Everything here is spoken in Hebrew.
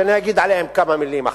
שאני אגיד עליהם כמה מלים עכשיו,